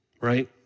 Right